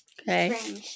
Okay